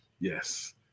Yes